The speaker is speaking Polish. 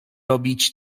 robić